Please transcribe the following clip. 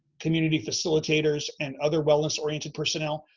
community facilitators, and other wellness oriented personnel.